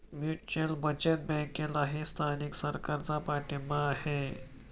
mutual बचत बँकेलाही स्थानिक सरकारचा पाठिंबा आहे